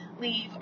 leave